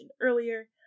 earlier